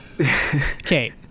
Okay